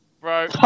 Bro